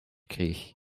kreeg